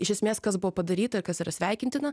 iš esmės kas buvo padaryta kas yra sveikintina